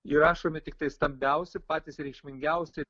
įrašomi tiktai stambiausi patys reikšmingiausi